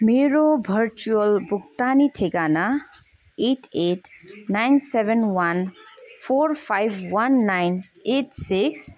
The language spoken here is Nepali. मेरो भर्चुवल भुक्तानी ठेगाना eight eight nine seven one four five one nine eight six